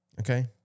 Okay